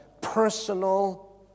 personal